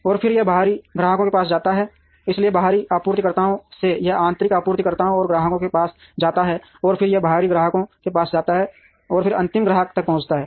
और फिर यह बाहरी ग्राहकों के पास जाता है इसलिए बाहरी आपूर्तिकर्ताओं से यह आंतरिक आपूर्तिकर्ताओं और ग्राहकों के पास जाता है और फिर यह बाहरी ग्राहकों के पास जाता है और फिर अंतिम ग्राहक तक पहुंचता है